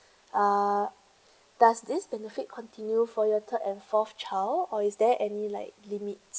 uh does this benefit continue for your third and fourth child or is there any like limits